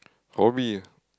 hobby ah